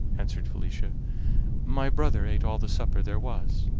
answered felicia my brother ate all the supper there was.